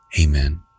Amen